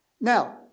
Now